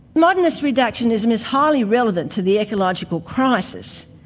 modernist reductionism is highly relevant to the ecological crisis.